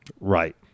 Right